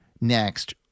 next